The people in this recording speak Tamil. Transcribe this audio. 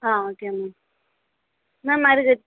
ஆ ஓகே மேம் மேம் நான் அதுக்கு